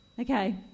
Okay